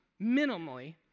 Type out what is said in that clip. minimally